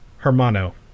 Hermano